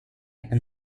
and